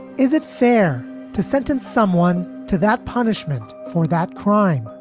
is it fair to sentence someone to that punishment for that crime?